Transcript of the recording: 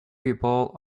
people